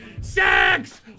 SEX